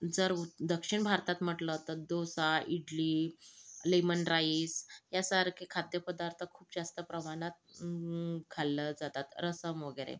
जर उ दक्षिण भारतात म्हटलं तर डोसा इडली लेमन राइस यासारखे खाद्यपदार्थ खूप जास्त प्रमाणात खाल्लं जातात रस्सम वगैरे